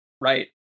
Right